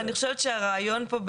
אני חושבת שהרעיון פה,